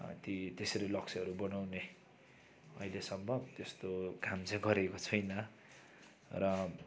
ती त्यसरी लक्ष्यहरू बनाउने अहिलेसम्म त्यस्तो काम चाहिँ गरेको छुइनँ र